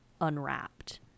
unwrapped